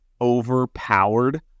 overpowered